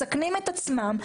מסכנים את עצמם.